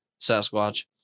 Sasquatch